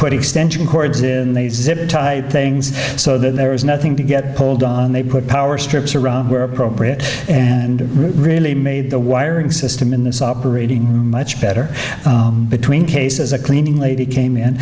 put extension cords zip type things so that there is nothing to get pulled on they put power strips around were appropriate and really made the wiring system in this operating much better between cases a cleaning lady came in